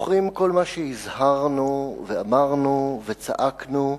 זוכרים כל מה שהזהרנו ואמרנו וצעקנו,